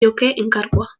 enkargua